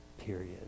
period